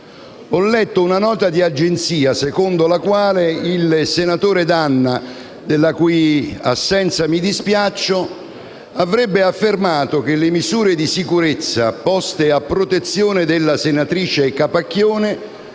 ho letto una nota di agenzia, secondo la quale il senatore D'Anna, della cui assenza mi dispiaccio, avrebbe affermato che le misure di sicurezza poste a protezione della senatrice Capacchione